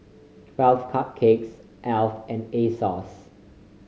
Twelve Cupcakes Alf and Asos